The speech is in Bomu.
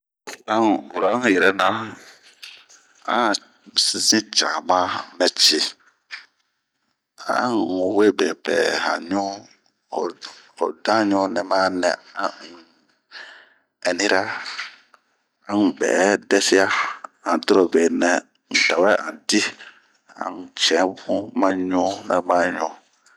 An'ura n'yɛrɛna an zin cama nɛ ci an n'we bepɛ han ɲu, ho danɲu nɛma a n'ɛnira, an bɛ dɛsia ,han dirobenɛ nɛ n'tawɛ a di, ma ɲu nɛ ma ɲuu.